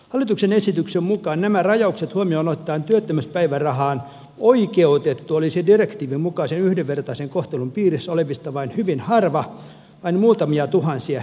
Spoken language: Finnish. hallituksen esityksen mukaan nämä rajaukset huomioon ottaen työttömyyspäivärahaan oikeutettu olisi direktiivin mukaisen yhdenvertaisen kohtelun piirissä olevista vain hyvin harva vain muutamia tuhansia henkilöitä